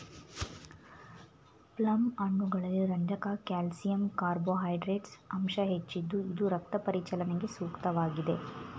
plum ಹಣ್ಣುಗಳಲ್ಲಿ ರಂಜಕ calcium carbohydrates ಅಂಶ ಹೆಚ್ಚಿದ್ದು ಇದು ರಕ್ತ ಪರಿಚಲನೆಗೆ ಸೂಕ್ತವಾಗಿದೆ